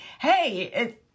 hey